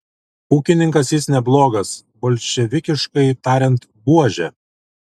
ūkininkas jis neblogas bolševikiškai tariant buožė